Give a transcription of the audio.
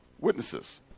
witnesses